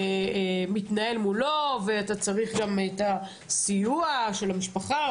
מתנהל מולו ואתה צריך גם את הסיוע של המשפחה,